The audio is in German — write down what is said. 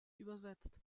übersetzt